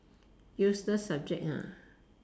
useless subject ah